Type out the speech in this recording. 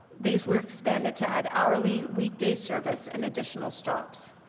these were expanded to add hourly weekday service and additional stops.